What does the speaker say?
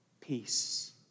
peace